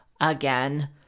again